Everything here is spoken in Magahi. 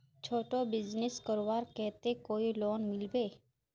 छोटो बिजनेस करवार केते कोई लोन मिलबे?